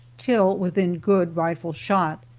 till within good rifle shot.